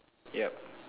yup